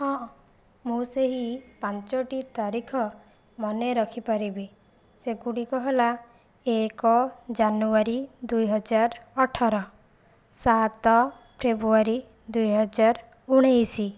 ହଁ ମୁଁ ସେହି ପାଞ୍ଚଟି ତାରିଖ ମନେ ରଖିପାରିବି ସେଗୁଡ଼ିକ ହେଲା ଏକ ଜାନୁଆରୀ ଦୁଇହଜାର ଅଠର ସାତ ଫେବୃୟାରୀ ଦୁଇହଜାର ଉଣେଇଶି